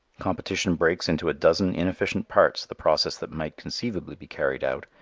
competition breaks into a dozen inefficient parts the process that might conceivably be carried out,